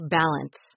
balance